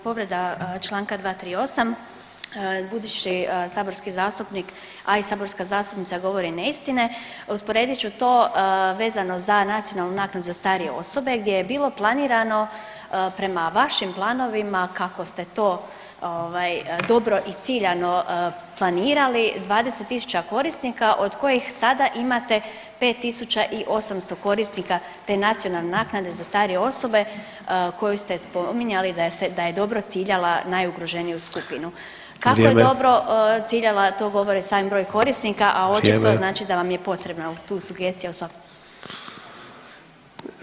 Povreda članka 238. budući saborski zastupnik, a i saborska zastupnica govori neistine usporedit ću to vezano za nacionalnu naknadu za starije osobe, gdje je bilo planirano prema vašim planovima kako ste to dobro i ciljano planirali 20000 korisnika od kojih sada imate 5800 korisnika te nacionalne naknade za starije osobe koju ste spominjali da je dobro ciljala najugroženiju skupinu [[Upadica Sanader: Vrijeme.]] Kako je dobro ciljala to govori sami broj korisnika, a očito znači da vam je potrebna tu sugestija u svakom slučaju.